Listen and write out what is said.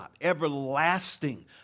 Everlasting